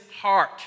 heart